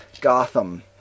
Gotham